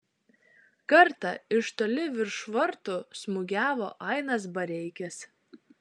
kartą iš toli virš vartų smūgiavo ainas bareikis